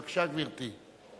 בבקשה, גברתי.